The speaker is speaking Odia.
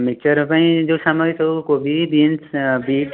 ମିକ୍ସଚର ପାଇଁ ଯେଉଁ ସାମଗ୍ରୀ ସବୁ କୋବି ବିନ୍ସ୍ ବିଟ୍